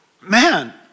man